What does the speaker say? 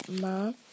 mom